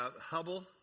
Hubble